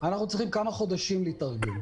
אנחנו צריכים כמה חודשים להתארגן.